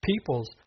peoples